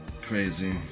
Crazy